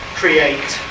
create